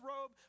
robe